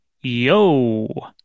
Yo